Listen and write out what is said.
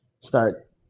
start